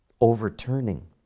overturning